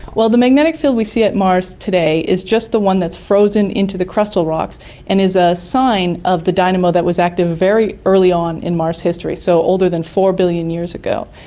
the magnetic field we see at mars today is just the one that's frozen into the crustal rocks and is a sign of the dynamo that was active very early on in mars history, so, older than four billion years ago.